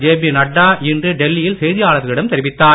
JP Nadda இன்று டெல்லியில் செய்தியாளர்களிடம் தெரிவித்தார்